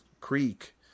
creek